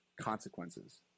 consequences